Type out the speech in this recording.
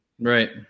Right